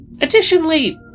Additionally